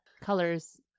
colors